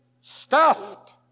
stuffed